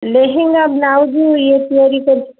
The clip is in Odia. ଲେହେଙ୍ଗା ବ୍ଲାଉଜ୍ ଇଏ ତିଆରି କରି